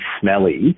smelly